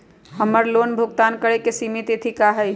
हमर लोन भुगतान करे के सिमित तिथि का हई?